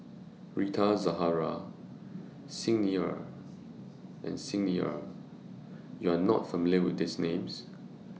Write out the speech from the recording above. Rita Zahara Xi Ni Er and Xi Ni Er YOU Are not familiar with These Names